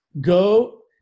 Go